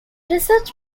research